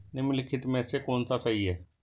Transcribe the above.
निम्नलिखित में से कौन सा सही है?